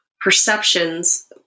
perceptions